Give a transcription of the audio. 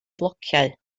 flociau